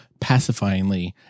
pacifyingly